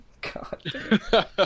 god